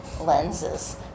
lenses